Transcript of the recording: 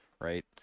right